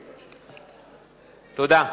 תודה.